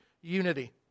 unity